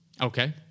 Okay